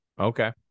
okay